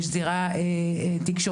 יש זירה תקשורתית,